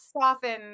soften